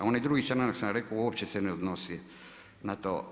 Onaj drugi članak sam rekao, uopće se ne odnosi na to.